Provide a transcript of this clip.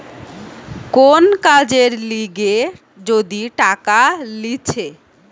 কোন কাজের লিগে যদি টাকা লিছে